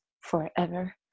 forever